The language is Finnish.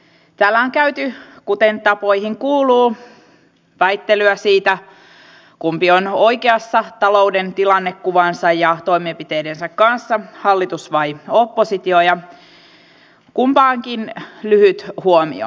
täällä on käyty kuten tapoihin kuuluu väittelyä siitä kumpi on oikeassa talouden tilannekuvansa ja toimenpiteidensä kanssa hallitus vai oppositio ja kumpaankin liittyen lyhyt huomio